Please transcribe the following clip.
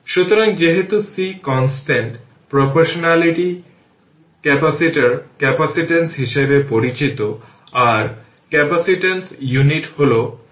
সুতরাং এটি আসলে কারেন্ট i y v2 কারণ এই 2 Ω রেজিস্ট্যান্স এখানে রয়েছে